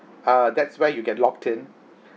ah that's where you get locked in